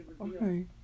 Okay